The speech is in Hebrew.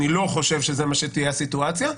אני לא חושב שזו תהיה הסיטואציה,